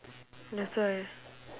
that's why